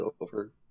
over